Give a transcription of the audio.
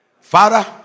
Father